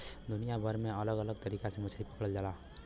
दुनिया भर में अलग अलग तरीका से मछरी पकड़ल जाला